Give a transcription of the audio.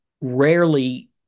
rarely